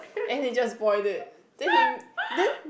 and he just boil it then him then